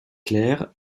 clair